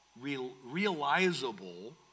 realizable